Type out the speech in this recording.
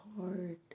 hard